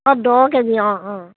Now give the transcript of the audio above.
অঁ দহ K G অঁ অঁ